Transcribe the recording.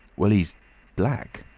well he's black.